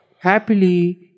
Happily